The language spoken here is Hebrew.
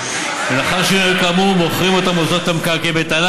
הייעוד כאמור מוכרים אותם מוסדות את המקרקעין בטענה